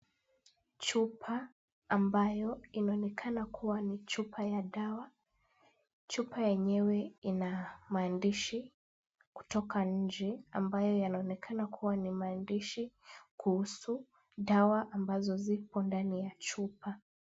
Chupa ambayo inaonekana kuwa ni chupa ya dawa. Chupa yenyewe ina maandishi kutoka nje ambayo yananekana kuwa ni maandishi kuhusu dawa ambazo ziko ndani ya chupa.